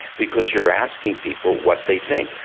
because you're asking people what they think.